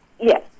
Yes